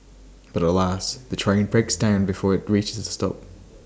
but alas the train breaks down before IT reaches the stop